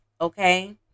okay